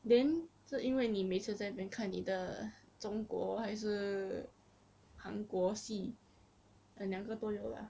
then 是因为你每次在里面看你的中国还是韩国戏 mm 两个都有 lah